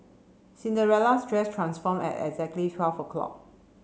Cinderella's dress transformed at exactly twelve o'clock